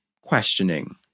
questioning